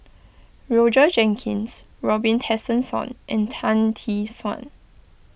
Roger Jenkins Robin Tessensohn and Tan Tee Suan